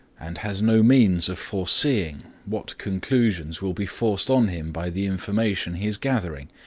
and has no means of foreseeing, what conclusions will be forced on him by the information he is gathering,